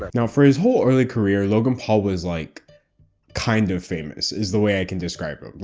like now, for his whole early career, logan paul was like kind of famous is the way i can describe it.